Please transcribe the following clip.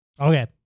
Okay